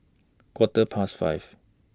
Quarter Past five